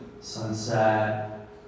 sunset